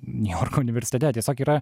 niujorko universitete tiesiog yra